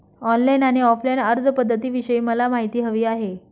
online आणि offline अर्जपध्दतींविषयी मला माहिती हवी आहे